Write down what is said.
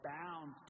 bound